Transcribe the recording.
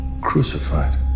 Crucified